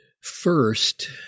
First